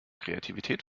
kreativität